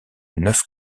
neuf